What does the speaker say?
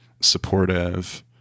supportive